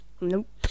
Nope